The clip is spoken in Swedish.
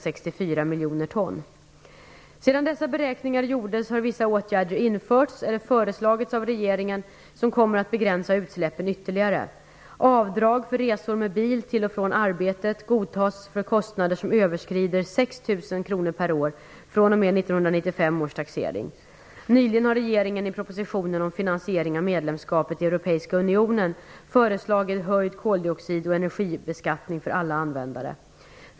Sedan dessa beräkningar gjordes har vissa åtgärder införts eller föreslagits av regeringen som kommer att begränsa utsläppen ytterligare. Avdrag för resor med bil till och från arbetet godtas för kostnader som överskrider 6 000 kr per år fr.o.m. 1995 års taxering. Nyligen har regeringen i propositionen om finansiering av medlemskapet i Europeiska unionen föreslagit höjd koldioxid och energibeskattning för alla användare.